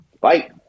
Bye